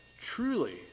truly